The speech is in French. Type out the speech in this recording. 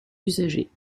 usagé